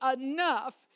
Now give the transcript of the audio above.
enough